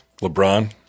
LeBron